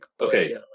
Okay